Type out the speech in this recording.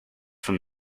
from